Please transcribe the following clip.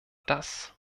das